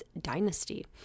dynasty